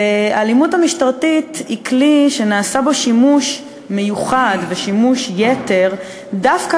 האלימות המשטרתית היא כלי שנעשה בו שימוש מיוחד ושימוש יתר דווקא